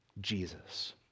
Jesus